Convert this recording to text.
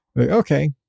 Okay